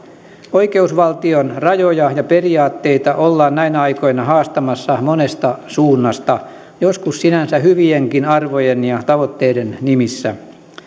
oikeusvaltion rajoja ja periaatteita ollaan näinä aikoina haastamassa monesta suunnasta joskus sinänsä hyvienkin arvojen ja tavoitteiden nimissä